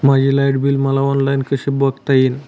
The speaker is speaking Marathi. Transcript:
माझे लाईट बिल मला ऑनलाईन कसे बघता येईल?